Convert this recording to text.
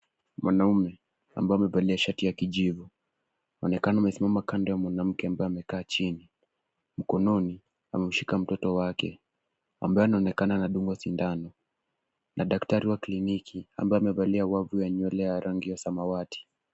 Mwanaume amevalia shati ya kijivu anaonekana amesimama kando ya mwanamke ambaye amekaa chini, mkononi amemshika mtoto wake ambaye anaonekana anadungwa sindano na daktari wa kliniki ambaye amevalia wavu ya nywele ya rangi ya samawati.